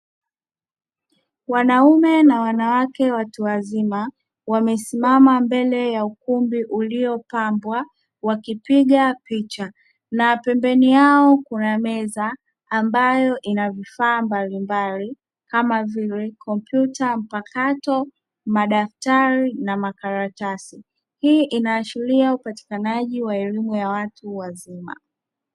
Wanaume na wanawake watu wazima wamesimama mbele ya ukumbi, uliyopambwa wakipiga picha na pembeni yao kuna meza ambayo ina vifaa mbalimbali kama vile kompyuta mpakato, madaftari na makaratasi hii inaashiria upatikanaji wa elimu ya watu wazima.